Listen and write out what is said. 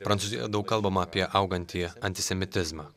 prancūzijoje daug kalbama apie augantį antisemitizmą